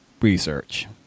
research